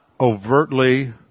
overtly